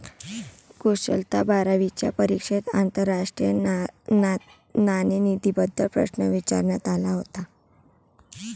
कुशलला बारावीच्या परीक्षेत आंतरराष्ट्रीय नाणेनिधीबद्दल प्रश्न विचारण्यात आला होता